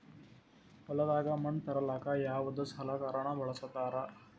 ಹೊಲದಾಗ ಮಣ್ ತರಲಾಕ ಯಾವದ ಸಲಕರಣ ಬಳಸತಾರ?